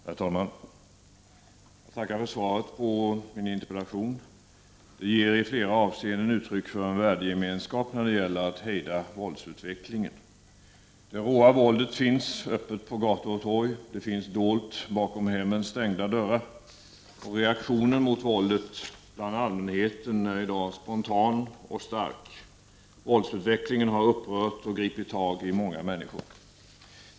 Herr talman! Tack för svaret på min interpellation. Det ger i flera avseenden uttryck för en värdegemenskap när det gäller att hejda våldsutvecklingen. Det råa våldet finns öppet på gator och torg. Det finns dolt bakom hemmens stängda dörrar. Reaktionen mot våldet är bland allmänheten i dag spontan och stark. Våldsutvecklingen har upprört och gripit tag i många människor.